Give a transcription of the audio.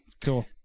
cool